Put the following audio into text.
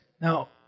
Now